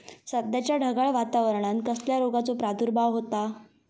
सध्याच्या ढगाळ वातावरणान कसल्या रोगाचो प्रादुर्भाव होता?